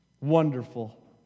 wonderful